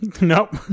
Nope